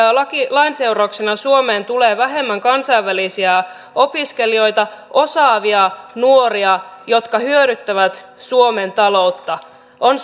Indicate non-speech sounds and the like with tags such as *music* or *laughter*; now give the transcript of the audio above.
lain seurauksena suomeen tulee vähemmän kansainvälisiä opiskelijoita osaavia nuoria jotka hyödyttävät suomen taloutta on *unintelligible*